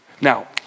Now